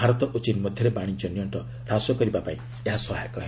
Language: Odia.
ଭାରତ ଓ ଚୀନ୍ ମଧ୍ୟରେ ବାଣିଜ୍ୟ ନିଅଣ୍ଟ ହ୍ରାସ କରିବାପାଇଁ ଏହା ସହାୟକ ହେବ